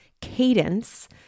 cadence